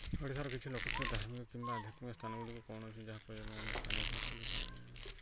ଏଠାର କିଛି ଲୋକପ୍ରିୟ ଧାର୍ମିକ କିମ୍ବା ଆଧ୍ୟାତ୍ମିକ ସ୍ଥାନ ଗୁଡ଼ିକ କୌଣସି ଯାହା ପର୍ଣମାନେେ ସ୍ଥାନୀୟ ସଂସ୍କୃତି